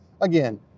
again